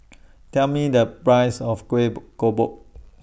Tell Me The Price of Kueh